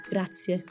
Grazie